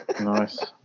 nice